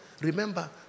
remember